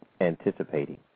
anticipating